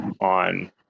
on